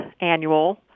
annual